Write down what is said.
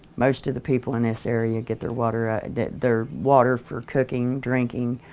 most of the people in this area get their water ah their water for cooking, drinking,